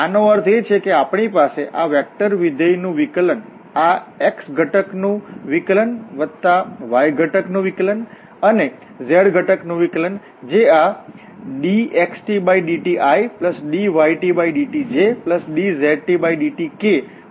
આનો અર્થ એ કે આપણી પાસે આ વેક્ટરવિધેય નું વિકલન આ x ઘટક નું વિકલન વત્તા y ઘટક નું વિકલન અને z ઘટક નું વિકલન જે આ dxtdtidytdtjdztdtk પ્રમાણે કરી શકીએ